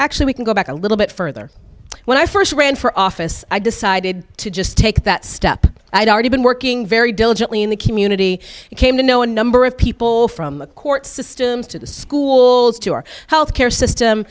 actually we can go back a little bit further when i first ran for office i decided to just take that step i'd already been working very diligently in the community came to know a number of people from court systems to the schools to our health care system